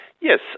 Yes